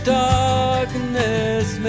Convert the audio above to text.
darkness